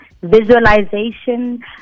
visualization